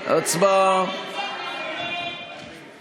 היום אנחנו מצילים את עם ישראל מהקורונה,